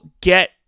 get